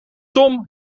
tom